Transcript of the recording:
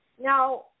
Now